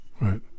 Right